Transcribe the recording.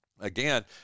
Again